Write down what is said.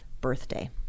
birthday